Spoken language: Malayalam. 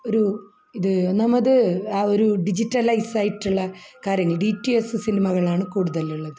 ഒരു ഇത് ഒന്നാമത് ആ ഒരു ഡിജിറ്റലൈസ് ആയിട്ടുള്ള കാര്യങ്ങൾ ഡി ടി എസ് സിനിമകളാണ് കൂടുതലുള്ളത്